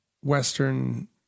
Western